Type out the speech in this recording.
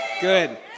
Good